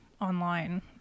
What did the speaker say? online